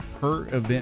per-event